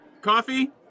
Coffee